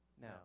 No